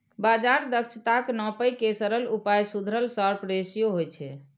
बाजार दक्षताक नापै के सरल उपाय सुधरल शार्प रेसियो होइ छै